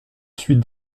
suite